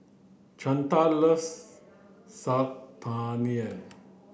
Chantal loves Saag Paneer